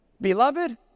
Beloved